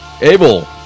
Abel